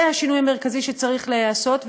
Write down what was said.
זה השינוי המרכזי שצריך להיעשות,